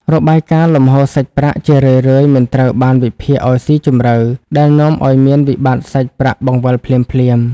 របាយការណ៍លំហូរសាច់ប្រាក់ជារឿយៗមិនត្រូវបានវិភាគឱ្យស៊ីជម្រៅ ដែលនាំឱ្យមានវិបត្តិសាច់ប្រាក់បង្វិលភ្លាមៗ។